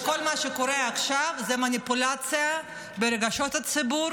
וכל מה שקורה עכשיו הוא מניפולציה ברגשות הציבור